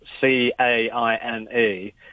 C-A-I-N-E